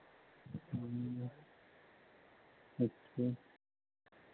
अच्छा